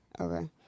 Okay